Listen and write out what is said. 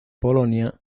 polonia